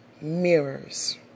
Mirrors